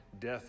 death